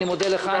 אני מודה לך.